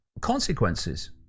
consequences